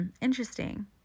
interesting